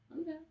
Okay